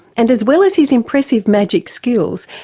and as well as his impressive magic skills,